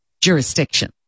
jurisdiction